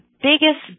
biggest